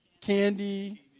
candy